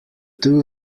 two